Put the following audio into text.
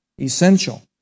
Essential